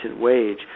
wage